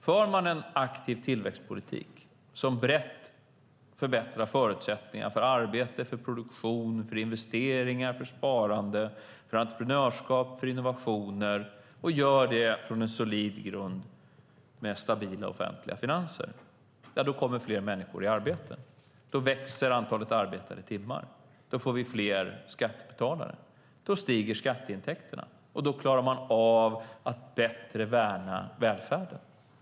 För man en aktiv tillväxtpolitik som brett förbättrar förutsättningar för arbete, produktion, investeringar, sparande, entreprenörskap och innovationer - och gör det från en solid grund med stabila offentliga finanser - kommer fler människor i arbete. Då växer antalet arbetade timmar, och då får vi fler skattebetalare. Då stiger skatteintäkterna, och då klarar man av att bättre värna välfärden.